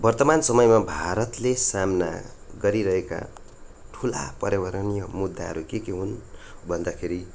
वर्तमान समयमा भारतले सामना गरिरहेका ठुला पर्यावरणीय मुद्दाहरू के के हुन् भन्दाखेरि